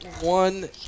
one